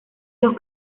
los